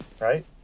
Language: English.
right